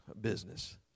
business